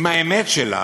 עם האמת שלה,